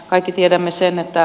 kaikki tiedämme sen että